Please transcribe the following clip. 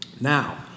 Now